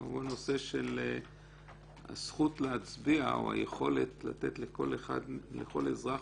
והוא הנושא של הזכות להצביע או היכולות לתת לכל אזרח